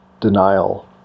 denial